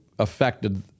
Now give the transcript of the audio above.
affected